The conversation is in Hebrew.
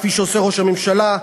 כפי שעושה ראש הממשלה,